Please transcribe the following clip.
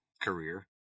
career